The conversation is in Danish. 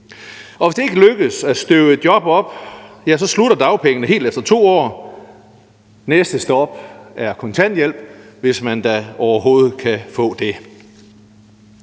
Hvis det ikke lykkes at støve et job op, slutter dagpengene helt efter 2 år, og næste stop er kontanthjælp, hvis man da overhovedet kan få det.